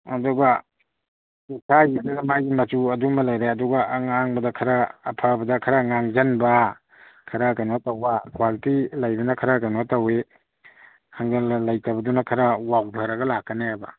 ꯑꯗꯨꯒ ꯃꯥꯒꯤꯗꯨꯗ ꯃꯥꯒꯤ ꯃꯆꯨ ꯑꯗꯨꯃ ꯂꯩꯔꯦ ꯑꯗꯨꯒ ꯑꯉꯥꯡꯕꯗ ꯈꯔ ꯑꯐꯕꯗ ꯈꯔ ꯉꯥꯡꯁꯟꯕ ꯈꯔ ꯀꯩꯅꯣ ꯇꯧꯕ ꯀ꯭ꯋꯥꯂꯤꯇꯤ ꯂꯩꯕꯅ ꯈꯔ ꯀꯩꯅꯣ ꯇꯧꯏ ꯍꯪꯒꯜꯂ ꯂꯩꯇꯕꯗꯨꯅ ꯈꯔ ꯋꯥꯎꯊꯔꯒ ꯂꯥꯛꯀꯅꯦꯕ